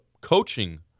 coaching